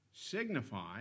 signify